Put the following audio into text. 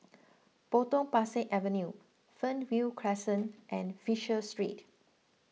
Potong Pasir Avenue Fernvale Crescent and Fisher Street